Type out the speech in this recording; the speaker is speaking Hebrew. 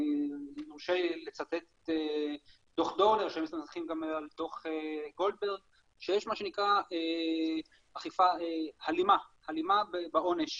אני אצטט מדו"ח דורנר ודו"ח גולדברג שיש הלימה בעונש